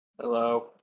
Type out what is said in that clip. Hello